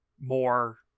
more